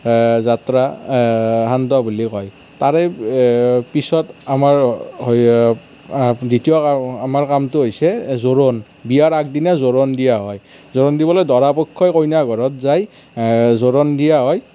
যাত্ৰা সান্দহ বুলিও কয় তাৰে পিছত আমাৰ দ্বিতীয় আমাৰ কামটো হৈছে জোৰোণ বিয়াৰ আগদিনা জোৰোণ দিয়া হয় জোৰোণ দিবলৈ দৰা পক্ষই কইনা ঘৰত যায় জোৰোণ দিয়া হয়